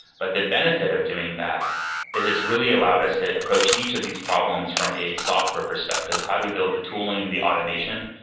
but the benefit of doing that is it's really allowed us to approach each of these problems from a software perspective of how do we build the tooling, the automation,